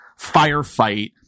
firefight